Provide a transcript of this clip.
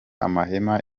amahema